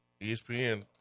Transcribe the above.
ESPN